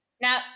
Now